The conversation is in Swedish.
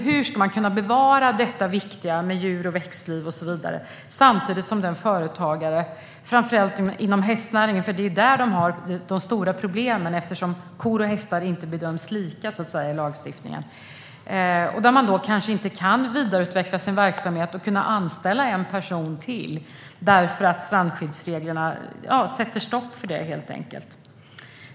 Hur ska man kunna bevara djur och växtlivet samtidigt som företagare inom framför allt hästnäringen - det är där som de stora problemen finns eftersom kor och hästar inte bedöms lika i lagstiftningen - kanske inte kan vidareutveckla sin verksamhet och kanske anställa en ytterligare person? Strandskyddsreglerna sätter helt enkelt stopp för det.